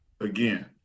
again